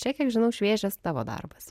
čia kiek žinau šviežias tavo darbas